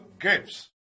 Gifts